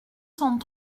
cent